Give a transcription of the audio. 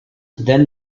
then